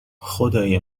خدای